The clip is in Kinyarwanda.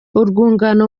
urwungano